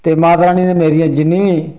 ते माता रानी ने मेरी जिन्नी बी